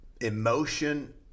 emotion